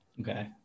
Okay